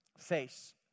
face